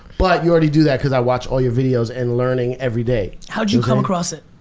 but you already do that cause i watch all your videos and learning everyday. how'd you come across it?